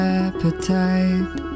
appetite